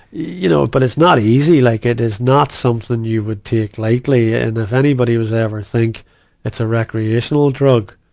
you know, but it's not easy. like, it is not something you would take lightly. and, if anybody was to ever think it's a recreational drug,